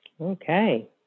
Okay